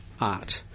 Art